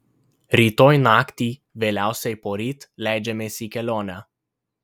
rytoj naktį vėliausiai poryt leidžiamės į kelionę